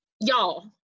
Y'all